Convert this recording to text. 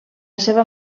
seva